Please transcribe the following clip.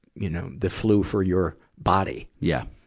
you know, the flu for your body? yeah.